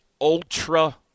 ultra